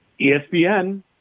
ESPN